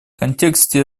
контексте